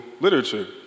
literature